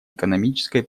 экономической